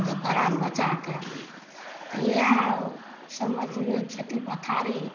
जे परान बचा कए तऽ इएह सब मजदूरमे खेती पथारी